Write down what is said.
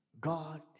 God